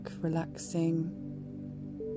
relaxing